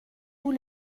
vous